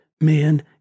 man